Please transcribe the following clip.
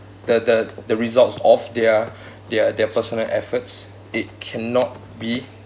the the the results of their their their personal efforts it cannot be